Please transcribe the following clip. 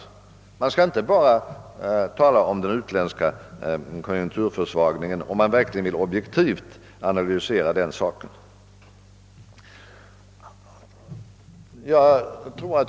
Man skall inte bara tala om den utländska konjunkturförsvagningen, om man vill analysera frågorna objektivt.